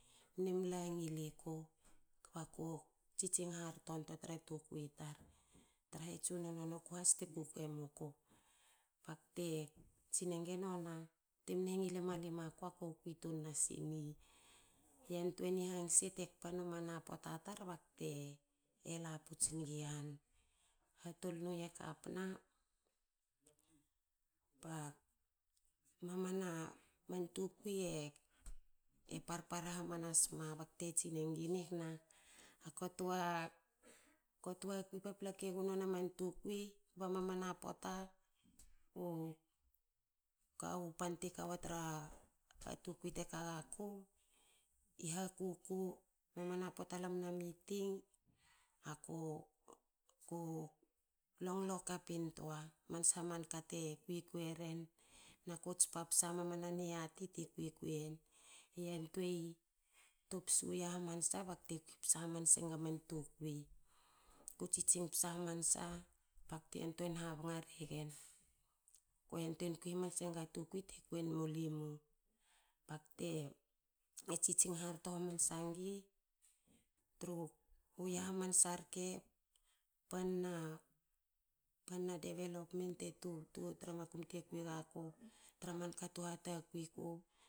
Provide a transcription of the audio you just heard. Mni mla ngil iku kbaku tsitsing harto ntoa tra tukui tar tra ha tsunono noku has te kukue muku. Bakte tsin enga nona temne ngil emua ku limu aku. ako kui tun nasingi yantuei ni hangse te kpa numana poata tar bakte laputs ngi han. Hatol nu year kapna ba mamana tukui e parpara hamanasma bte tsine ngi nigna a kue toa kue toa kui papla kue wa man tukui ba mamna poata u kawu pan te kawa tra tukui teka gaku i hakuku. Mama na poata lam u na miting aku ku longlo kap intoa manka te kuikui eren naku tspa psa mamana niati ti kuikui yen. Yanteui topsu ya hamansa bakte kui psa hamanse enga man tukui. Ku tsitsing psa hamansa bakte yantuei habnga regen. Kwe yantuei kui hamanse nga tukui te kuin en mulimu bakte tsitsing harto hamansa ngi. Tru ya hamansa rke panna pan na development te tubtu tra makum te kui gaku tra manka tu hatakui ku